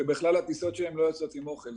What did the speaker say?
ובכלל הטיסות שלהם לא יוצאות עם אוכל.